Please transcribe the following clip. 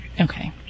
Okay